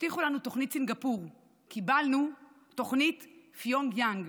תוכנית סינגפור, קיבלנו תוכנית פיונגיאנג.